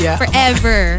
forever